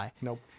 Nope